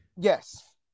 Yes